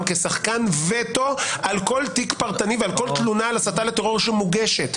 כשחקן וטו על כל תיק פרטני ועל כל תלונה על הסתה לטרור שמוגשת.